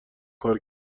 کار